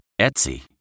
Etsy